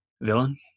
villain